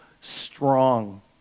strong